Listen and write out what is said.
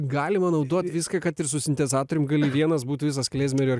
galima naudot viską kad ir su sintezatorium gali vienas būt visas klezmerio